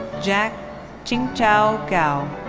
jack qingchao gao.